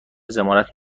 ضمانت